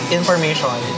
information